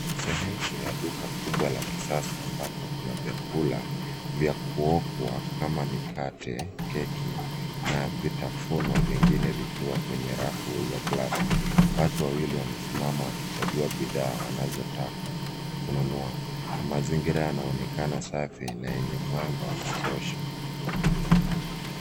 Sehemu ya duka kubwa la kisasa ambapo kuna vyakula vya kuokwa kama mikate, keki na vitafunwa vingine vikiwa kwenye rafu za glasi. Watu wawili wamesimama wakichangua bidhaa wanazotaka kununua na mazingira yanaonekana safi na yenye mwanga wa kutosha.